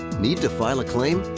need to file a claim?